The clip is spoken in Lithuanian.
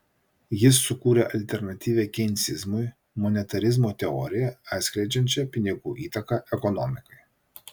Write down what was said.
jis sukūrė alternatyvią keinsizmui monetarizmo teoriją atskleidžiančią pinigų įtaką ekonomikai